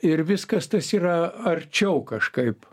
ir viskas tas yra arčiau kažkaip